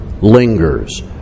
lingers